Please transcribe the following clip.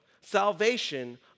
salvation